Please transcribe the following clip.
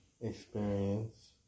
experience